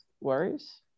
worries